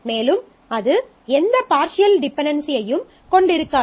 மேலும் அது எந்த பார்ஷியல் டிபென்டென்சியையும் கொண்டிருக்ககாது